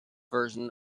version